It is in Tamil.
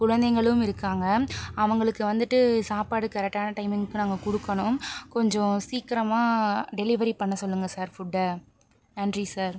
குழந்தைங்களும் இருக்காங்க அவங்களுக்கு வந்துட்டு சாப்பாடு கரெக்ட்டான டைமிங்க்கு நாங்கள் கொடுக்கணும் கொஞ்சம் சீக்கிரமாக டெலிவரி பண்ண சொல்லுங்க சார் ஃபுட்டை நன்றி சார்